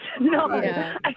No